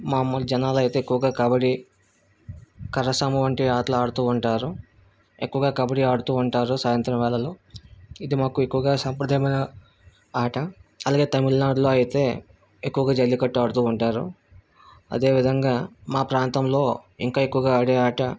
మాములు జనాలు అయితే ఎక్కువగా కబడ్డీ కర్రసాము వంటి ఆటలు ఆడుతు ఉంటారు ఎక్కువగా కబడ్డీ ఆడుతు ఉంటారు సాయంత్రం వేళలో ఇది మాకు ఎక్కువగా సాంప్రదాయమైన ఆట అలాగే తమిళనాడులో అయితే ఎక్కువగా జల్లికట్టు ఆడుతు ఉంటారు అదే విధంగా మా ప్రాంతంలో ఇంకా ఎక్కువగా ఆడే ఆట